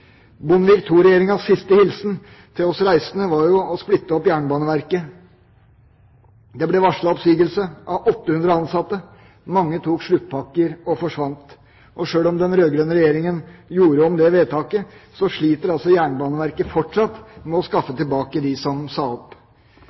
Bondevik II-regjeringas siste hilsen til oss reisende var jo å splitte opp Jernbaneverket. Det ble varslet oppsigelse av 800 ansatte, og mange tok sluttpakker og forsvant. Sjøl om den rød-grønne regjeringa gjorde om det vedtaket, sliter Jernbaneverket fortsatt med å skaffe tilbake de som sa opp.